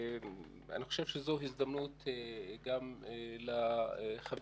אני חושב שזאת הזדמנות גם לחברינו